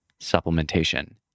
supplementation